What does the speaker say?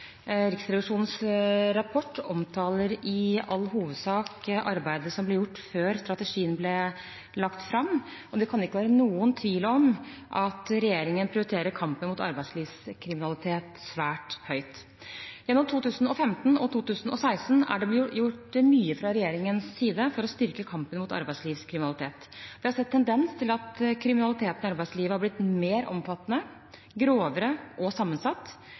Riksrevisjonens rapport omtaler i all hovedsak arbeidet som ble gjort før strategien ble lagt fram, og det kan ikke være noen tvil om at regjeringen prioriterer kampen mot arbeidslivskriminalitet svært høyt. Gjennom 2015 og 2016 er det blitt gjort mye fra regjeringens side for å styrke kampen mot arbeidslivskriminalitet. Vi har sett en tendens til at kriminaliteten i arbeidslivet har blitt mer omfattende, grovere og mer sammensatt.